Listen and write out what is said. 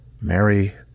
Mary